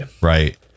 right